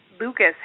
Lucas